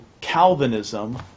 Calvinism